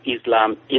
Islam